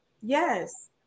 Yes